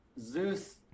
Zeus